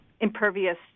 impervious